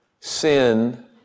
sin